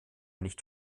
nicht